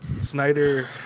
snyder